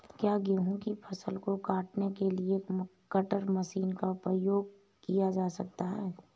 क्या गेहूँ की फसल को काटने के लिए कटर मशीन का उपयोग किया जा सकता है?